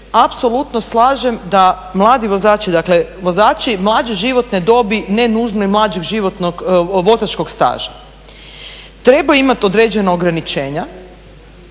apsolutno slažem da mladi vozači, dakle vozači mlađe životne dobi, ne nužno i mlađeg životnog, vozačkog staža trebaju imati određena ograničenja